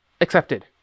accepted